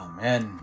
Amen